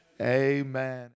Amen